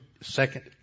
Second